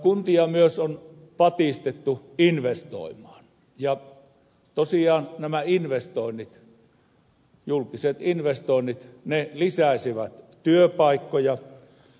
kuntia myös on patistettu investoimaan ja tosiaan nämä julkiset investoinnit lisäisivät työpaikkoja